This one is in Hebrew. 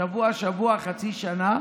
שבוע-שבוע, חצי שנה.